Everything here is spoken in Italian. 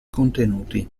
contenuti